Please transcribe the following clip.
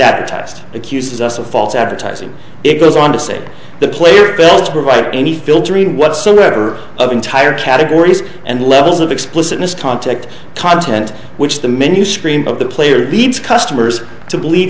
advertised accuses us of false advertising it goes on to say the player belts provide any filtering whatsoever of entire categories and levels of explicitness top tech content which the menu screen of the player believes customers to believe